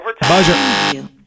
buzzer